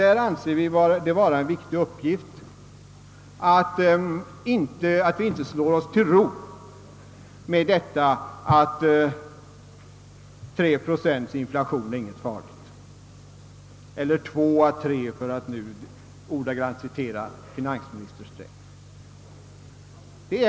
Vi anser det vara viktigt att vi inte slår oss till ro med tanken att 2 å 3 procents inflation, för att citera finansminister Sträng, inte är någonting farligt.